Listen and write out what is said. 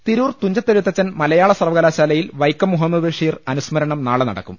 തിരൂർ തുഞ്ചത്തെഴുത്തച്ഛൻ മലയാള സർവകലാശാലയിൽ വൈക്കം മുഹമ്മദ് ബഷീർ അനുസ്മരണം നാളെ നടക്കും